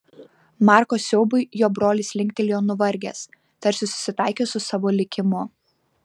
marko siaubui jo brolis linktelėjo nuvargęs tarsi susitaikęs su savo likimu